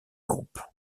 groupe